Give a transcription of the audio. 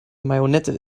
marionette